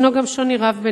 ישנו גם שוני רב ביניהם.